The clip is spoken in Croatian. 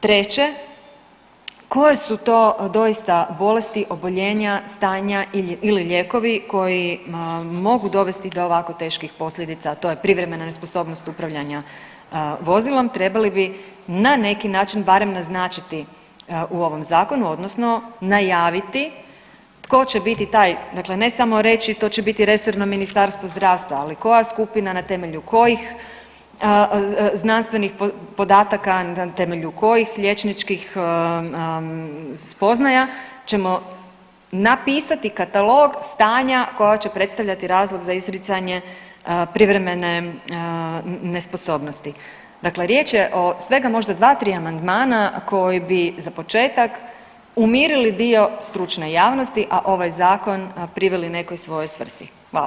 Treće, koje su to doista bolesti, oboljenja, stanja ili lijekovi koji mogu dovesti do ovako teških posljedica, a to je privremena nesposobnost upravljanja vozilom, trebali bi na neki način barem naznačiti u ovom zakonu odnosno najaviti tko će biti taj, dakle ne samo reći to će biti resorno Ministarstvo zdravstva, ali koja skupina, na temelju kojih znanstvenih podataka, na temelju kojih liječničkih spoznaja ćemo napisati katalog stanja koja će predstavljati razlog za izricanje privremene nesposobnosti, dakle riječ je o svega možda 2-3 amandmana koji bi za početak umirili dio stručne javnosti, a ovaj zakon priveli nekoj svojoj svrsi.